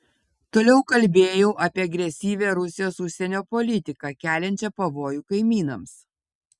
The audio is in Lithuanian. toliau kalbėjau apie agresyvią rusijos užsienio politiką keliančią pavojų kaimynams